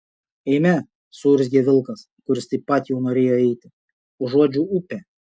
eime suurzgė vilkas kuris taip pat jau norėjo eiti užuodžiu upę